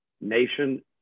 nation